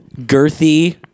girthy